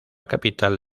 capital